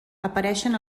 apareixen